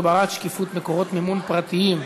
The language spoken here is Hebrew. הגברת שקיפות מקורות מימון פרטיים),